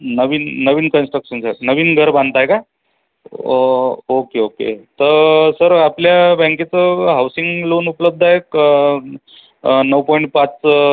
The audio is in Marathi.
नवीन नवीन कन्स्ट्रक्शनचं आहे नवीन घर बांधत आहे का ओ ओके ओके तर सर आपल्या बँकेचं हाऊसिंग लोन उपलब्ध आहे क नऊ पॉइन पाच